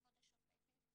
כבוד השופטת,